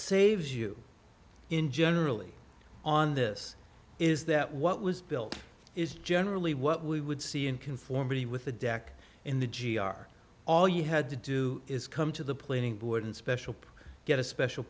saves you in generally on this is that what was built is generally what we would see in conformity with the deck in the g r all you had to do is come to the planning board special get a special